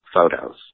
photos